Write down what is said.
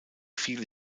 viele